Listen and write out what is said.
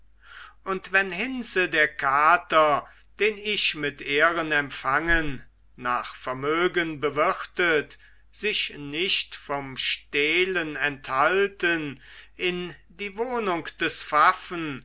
und wenn hinze der kater den ich mit ehren empfangen nach vermögen bewirtet sich nicht vom stehlen enthalten in die wohnung des